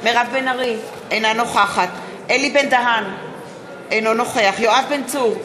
מירב בן ארי, אינה נוכחת יואב בן צור,